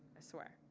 i swear.